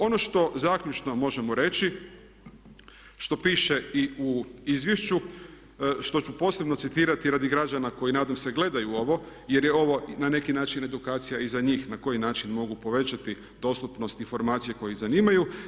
Ono što zaključno možemo reći što piše i u izvješću, što ću posebno citirati radi građana koji nadam se gledaju ovo jer je ovo na neki način edukacija i za njih na koji način mogu povećati dostupnost i informacije koje ih zanimaju.